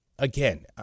Again